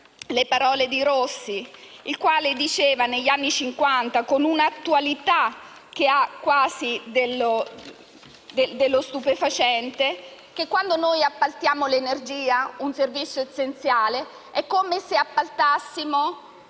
le parole di Rossi, il quale negli anni Cinquanta, con un'attualità che ha quasi dello stupefacente, diceva che quando noi appaltiamo l'energia, un servizio essenziale, è come se appaltassimo